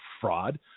fraud